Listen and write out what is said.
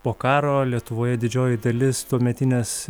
po karo lietuvoje didžioji dalis tuometinės